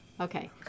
Okay